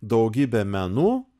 daugybė menų